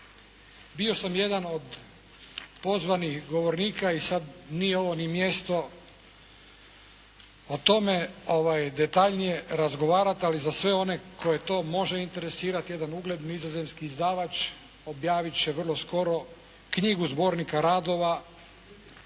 Bio sam jedan od pozvanih govornika i sad nije ovo ni mjesto o tome detaljnije razgovarati ali za sve one koje to može interesirati. Jedan ugledni nizozemski izdavač objavit će vrlo skoro knjigu zbornika radova